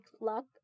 luck